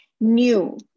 new